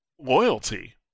loyalty